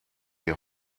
die